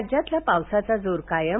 राज्यातला पावसाचा जोर कायम